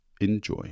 Enjoy